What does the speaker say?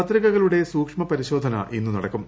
പത്രികകളുടെ സൂക്ഷ്മ പരിശോധന ഇന്ന് നടക്കും